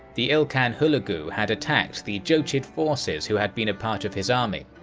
the ilkhan hulagu had attacked the jochid forces who had been a part of his army.